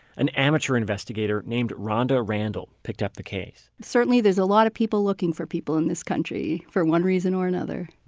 an amateur investigator named ronda randall picked up the case certainly there's a lot of people looking for people in this country, for some reason or another.